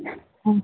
ம்